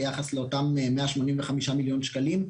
ביחס לאותם מאה שמונים וחמישה מיליון שקלים,